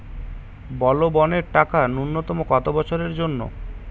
বলবনের টাকা ন্যূনতম কত বছরের জন্য?